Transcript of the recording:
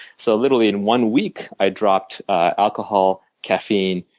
so literally in one week i dropped alcohol, caffeine,